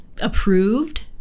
approved